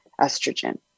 estrogen